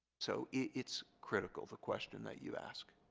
so it's critical the question that you asked